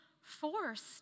forced